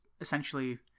essentially